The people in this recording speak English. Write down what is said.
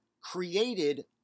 created